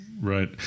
Right